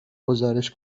گزارش